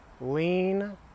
lean